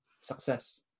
success